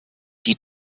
die